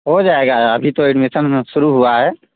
हो जाएगा अभी तो एडमिसन शुरू हुआ है